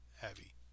heavy